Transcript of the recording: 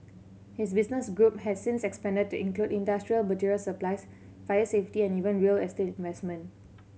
his business group has since expanded to include industrial material supplies fire safety and even real estate investment